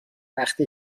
وقتی